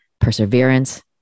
perseverance